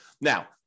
Now